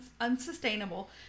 unsustainable